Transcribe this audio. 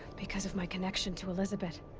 because of my connection to elisabet.